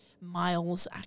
Miles